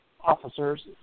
Officers